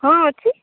ହଁ ଅଛି